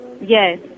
Yes